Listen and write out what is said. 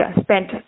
spent